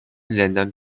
ländern